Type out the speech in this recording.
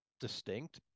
distinct